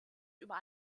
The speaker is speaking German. über